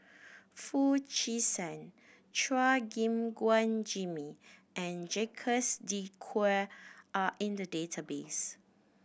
Foo Chee San Chua Gim Guan Jimmy and Jacques De Coutre are in the database